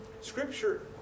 Scripture